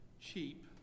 cheap